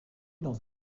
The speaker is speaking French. dans